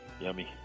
Yummy